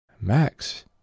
Max